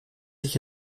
ich